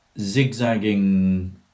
zigzagging